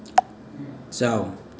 ꯆꯥꯎ